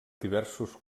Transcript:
diversos